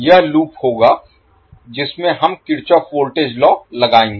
यह लूप होगा जिसमें हम किरचॉफ वोल्टेज लॉ लगाएंगे